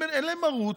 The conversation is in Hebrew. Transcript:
אין עליהם מרות.